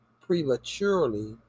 prematurely